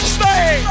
Stay